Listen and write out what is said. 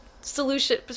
solution